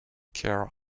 care